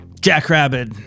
Jackrabbit